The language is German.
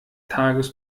tages